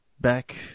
back